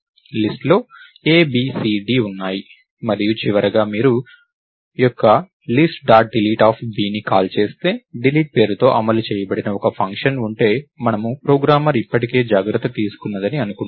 list లో a b c d ఉన్నాయి మరియు చివరగా మీరు యొక్క లిస్ట్ డాట్ డిలీట్ ను కాల్ చేస్తే డిలీట్ పేరుతో అమలు చేయబడిన ఒక ఫంక్షన్ ఉంటే మనము ప్రోగ్రామర్ ఇప్పటికే జాగ్రత్త తీసుకున్నదని అనుకుంటాము